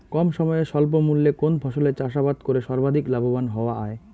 কম সময়ে স্বল্প মূল্যে কোন ফসলের চাষাবাদ করে সর্বাধিক লাভবান হওয়া য়ায়?